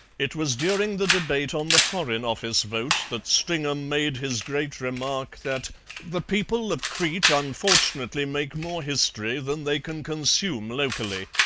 it was during the debate on the foreign office vote that stringham made his great remark that the people of crete unfortunately make more history than they can consume locally.